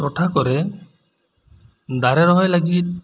ᱴᱚᱴᱷᱟ ᱠᱚᱨᱮ ᱫᱟᱨᱮ ᱨᱚᱦᱚᱭ ᱞᱟᱹᱜᱤᱫ